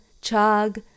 chug